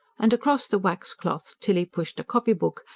and across the wax-cloth tilly pushed a copybook,